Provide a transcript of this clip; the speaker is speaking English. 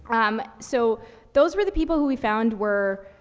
um, so those were the people who we found were,